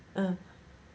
uh